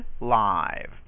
live